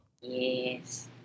Yes